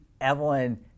Evelyn